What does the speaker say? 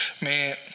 Man